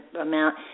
amount